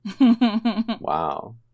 Wow